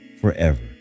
forever